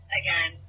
again